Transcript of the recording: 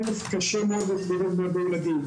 קשה מאוד ללמד הרבה ילדים.